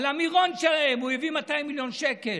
שעל המירון שלהם הוא הביא 200 מיליון שקל.